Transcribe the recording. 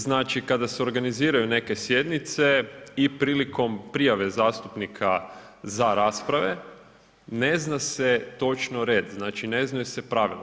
Znači kada se organiziraju neke sjednice i prilikom prijave zastupnika za rasprave, ne znam točno red, ne znaju se pravila.